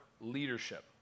leadership